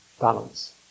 balance